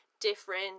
different